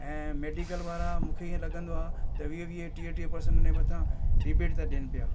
ऐं मेडिकल वारा मूंखे ईअं लॻंदो आहे त वीह वीह टीह पर्सेंट उन जे मथां रिपीट था ॾियनि पिया